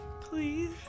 Please